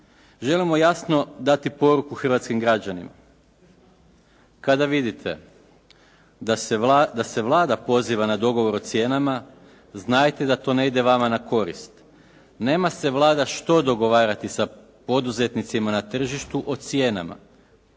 Želimo jasno dati poruku hrvatskim građanima kada vidite da se Vlada poziva na dogovor o cijenama, znajte da to ne ide vama na korist. Nema se Vlada što dogovarati sa poduzetnicima na tržištu o cijenama.